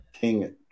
King